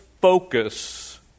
focus